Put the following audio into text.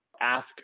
ask